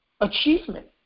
achievement